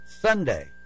Sunday